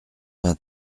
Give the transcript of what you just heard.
vingt